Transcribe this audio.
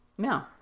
No